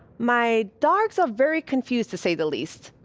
my dogs are very confused, to say the least.